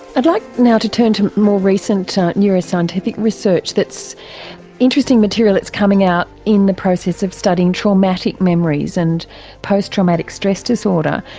i'd like now to turn to more recent neuroscientific research that's interesting material that's coming out in the process of studying traumatic memories and post-traumatic stress disorder.